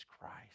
Christ